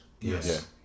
yes